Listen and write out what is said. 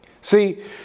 See